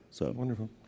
Wonderful